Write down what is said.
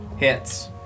Hits